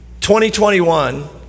2021